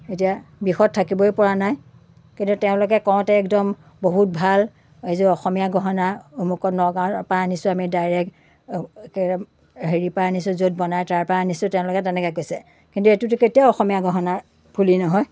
এতিয়া বিষত থাকিবই পৰা নাই কিন্তু তেওঁলোকে কওঁতে একদম বহুত ভাল এইযোৰ অসমীয়া গহণা অমুকত নগাঁৱৰ পৰা আনিছোঁ আমি ডাইৰেক্ট একে হেৰিৰপৰা আনিছোঁ য'ত বনাই তাৰপৰা আনিছোঁ তেওঁলোকে তেনেকৈ কৈছে কিন্তু এইটোতো কেতিয়াও অসমীয়া গহণাৰ ফুলি নহয়